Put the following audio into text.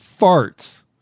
Farts